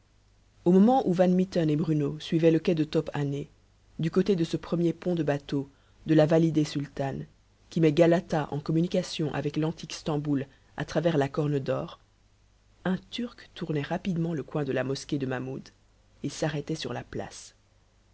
au moment où van mitten et bruno suivaient le quai de top hané du côté de ce premier pont de bateaux de la validèh sultane qui met galata en communication avec l'antique stamboul à travers la corne dor un turc tournait rapidement le coin de la mosquée de mahmoud et s'arrêtait sur la place